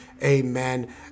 Amen